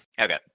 Okay